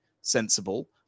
sensible